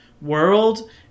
world